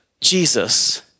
Jesus